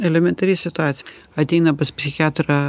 elementari situacija ateina pas psichiatrą